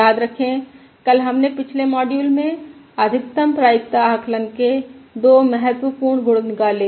याद रखें कल हमने पिछले मॉड्यूल में अधिकतम प्रायिकता आकलन के दो महत्वपूर्ण गुण निकाले